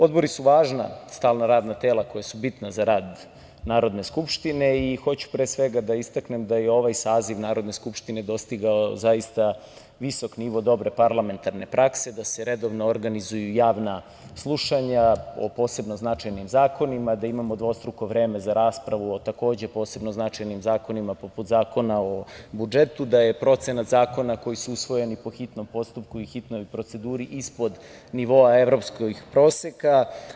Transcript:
Odbori su važna stalna radna tela koja su bitna za rad Narodne skupštine i hoću pre svega da istaknem da je ovaj saziv Narodne skupštine dostigao zaista visok nivo dobre parlamentarne prakse da se redovno organizuju javna slušanja o posebno značajnim zakonima, da imamo dvostruko vreme za raspravu o takođe posebno značajnim zakonima poput Zakona o budžetu, da je procenat zakona koji su usvojeni po hitnom postupku i hitnoj proceduru ispod nivoa evropskih proseka.